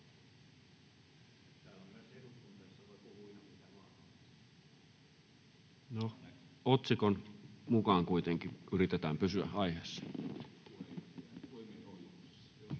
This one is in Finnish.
otsikon mukaan kuitenkin. Yritetään pysyä aiheessa. [Speech